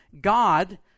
God